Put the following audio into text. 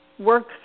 work